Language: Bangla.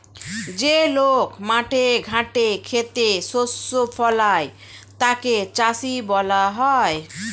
যে লোক মাঠে ঘাটে খেতে শস্য ফলায় তাকে চাষী বলা হয়